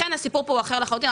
הסיפור פה הוא אחר לחלוטין.